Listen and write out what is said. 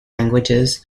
languages